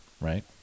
right